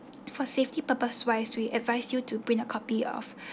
for safety purpose wise we advise you to bring a copy of